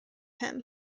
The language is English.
him